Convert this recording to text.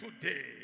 today